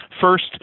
First